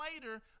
later